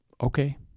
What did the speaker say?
okay